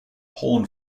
horn